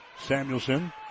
Samuelson